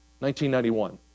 1991